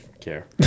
care